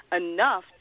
enough